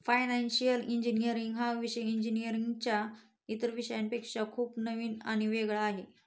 financial engineering हा विषय इंजिनीअरिंगच्या इतर विषयांपेक्षा खूप नवीन आणि वेगळा आहे